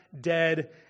dead